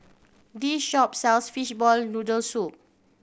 this shop sells fishball noodle soup